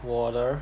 water